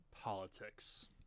politics